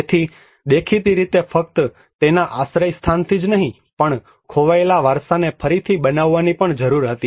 તેથી દેખીતી રીતે ફક્ત તેના આશ્રયસ્થાનથી જ નહીં પણ ખોવાયેલા વારસાને ફરીથી બનાવવાની પણ જરૂર હતી